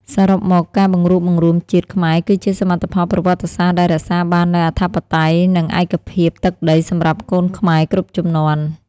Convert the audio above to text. សរុបមក ការបង្រួបបង្រួមជាតិខ្មែរគឺជាសមិទ្ធផលប្រវត្តិសាស្ត្រដែលរក្សាបាននូវអធិបតេយ្យ និងឯកភាពទឹកដីសម្រាប់កូនខ្មែរគ្រប់ជំនាន់។